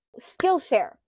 Skillshare